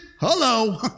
Hello